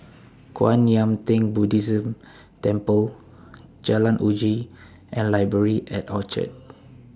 Kwan Yam Theng Buddhist Temple Jalan Uji and Library At Orchard